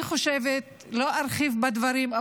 לא ארחיב בדברים,